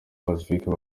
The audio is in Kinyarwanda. pacifique